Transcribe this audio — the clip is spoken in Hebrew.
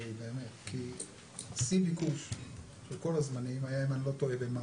כי שיא ביקוש של כל הזמנים היה אם אני לא טועה במאי,